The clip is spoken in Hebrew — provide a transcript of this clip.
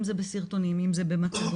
אם זה בסרטונים ואם זה במצגות.